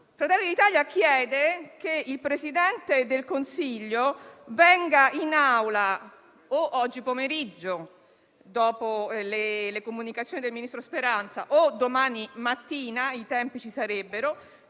Fratelli d'Italia chiede che il Presidente del Consiglio venga in Aula, o oggi pomeriggio, dopo le comunicazioni del ministro Speranza, o domani mattina (i tempi ci sarebbero)